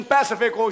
Pacific